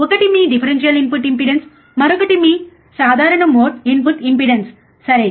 ఒకటి మీ differential input impedance మరొకటి మీ సాధారణ మోడ్ ఇన్పుట్ ఇంపెడెన్స్ సరే